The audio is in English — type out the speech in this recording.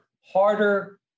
harder